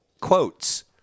quotes